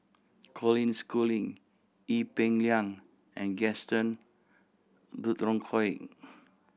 Colin Schooling Ee Peng Liang and Gaston Dutronquoy